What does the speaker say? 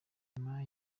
nyuma